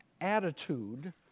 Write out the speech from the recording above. attitude